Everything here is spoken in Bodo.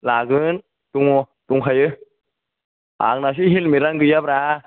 लागोन दङ दंखायो आंनासो हेलमेटानो गैयाब्रा